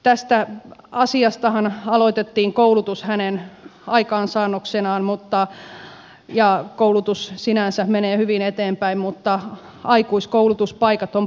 tästä asiastahan aloitettiin koulutus hänen aikaansaannoksenaan ja koulutus sinänsä menee hyvin eteenpäin mutta aikuiskoulutuspaikat on puolitettu